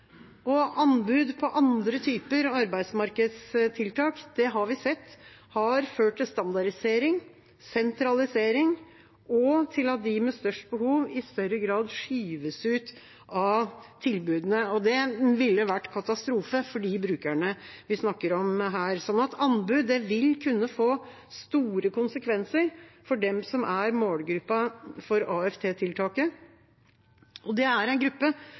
Anbud på andre typer arbeidsmarkedstiltak har vi sett har ført til standardisering, til sentralisering og til at de med størst behov i større grad skyves ut av tilbudene. Det ville vært katastrofe for de brukerne vi snakker om her, så anbud vil kunne få store konsekvenser for dem som er målgruppa for AFT-tiltaket. Det er en gruppe